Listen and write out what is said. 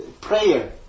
prayer